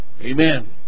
Amen